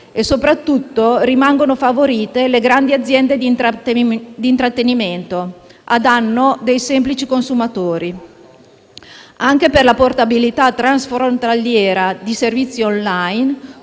e, soprattutto, rimangono favorite le grandi aziende di intrattenimento a danno dei semplici consumatori. Anche per la portabilità transfrontaliera di servizi *online*,